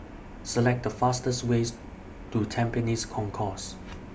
Select The fastest ways to Tampines Concourse